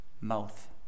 mouth